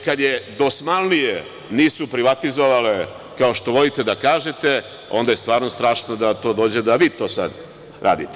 Kad je dosmanlije nisu privatizovale, kao što volite da kažete, onda je stvarno strašno da to dođe da vi to sada radite.